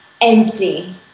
empty